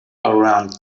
around